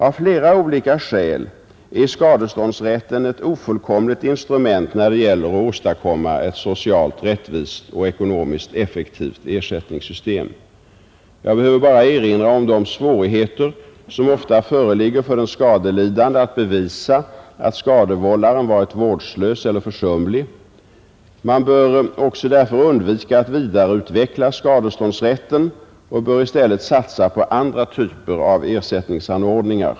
Av flera olika skäl är skadeståndsrätten ett ofullkomligt instrument 65 när det gäller att åstadkomma ett socialt rättvist och ekonomiskt effektivt ersättningssystem. Jag behöver bara erinra om de svårigheter som ofta föreligger för den skadelidande att bevisa att skadevållaren varit vårdslös eller försumlig. Man bör därför också undvika att vidareutveckla skadeståndsrätten — man bör i stället satsa på andra typer av ersättningsanordningar.